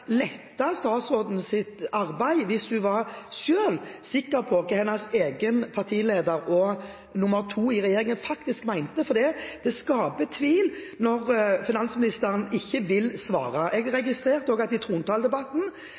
arbeid hvis hun var sikker på hva hennes egen partileder og nr. 2 i regjeringen faktisk mener, for det skaper tvil når finansministeren ikke vil svare? Jeg registrerte også at i trontaledebatten